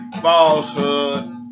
falsehood